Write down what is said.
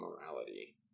morality